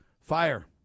fire